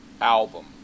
album